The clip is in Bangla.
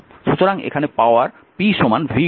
সুতরাং এখানে power p vi i i2r v2 R